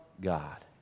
God